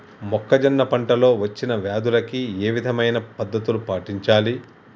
మొక్కజొన్న పంట లో వచ్చిన వ్యాధులకి ఏ విధమైన పద్ధతులు పాటించాలి?